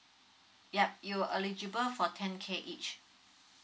ya you eligible for ten K each